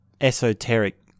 esoteric